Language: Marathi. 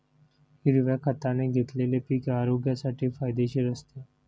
हिरव्या खताने घेतलेले पीक आरोग्यासाठी फायदेशीर असते